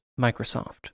Microsoft